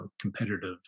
competitive